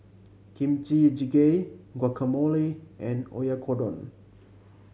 Kimchi Jjigae Guacamole and Oyakodon